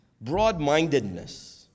broad-mindedness